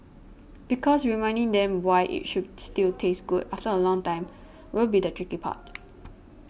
because reminding them why it should still taste good after a long time will be the tricky part